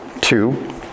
two